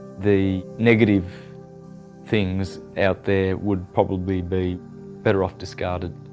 the negative things out there would probably be better of discarded.